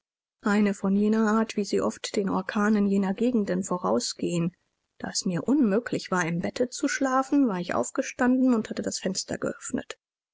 eine von jener art wie sie oft den orkanen jener gegenden vorausgehen da es mir unmöglich war im bette zu schlafen war ich aufgestanden und hatte das fenster geöffnet